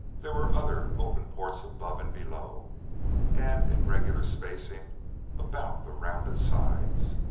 there were other open ports above and below and in regular spacing about the rounded sides.